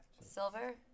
Silver